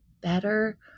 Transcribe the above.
better